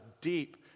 deep